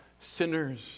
sinners